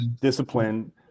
discipline